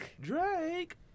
Drake